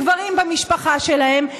הגברים במשפחה שלהן,